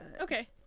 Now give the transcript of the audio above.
Okay